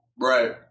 Right